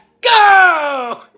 go